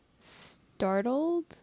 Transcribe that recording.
startled